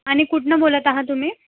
आणि कुठनं बोलत आहा तुम्ही